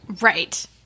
Right